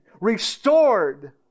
restored